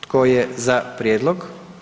Tko je za prijedlog?